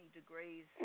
degrees